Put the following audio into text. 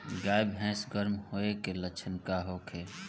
गाय भैंस गर्म होय के लक्षण का होखे?